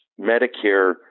Medicare